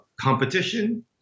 competition